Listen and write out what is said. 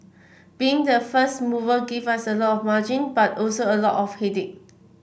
being the first mover gave us a lot of margin but also a lot of headache